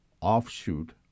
offshoot